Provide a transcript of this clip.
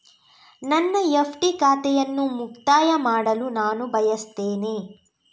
ನನ್ನ ಎಫ್.ಡಿ ಖಾತೆಯನ್ನು ಮುಕ್ತಾಯ ಮಾಡಲು ನಾನು ಬಯಸ್ತೆನೆ